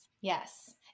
Yes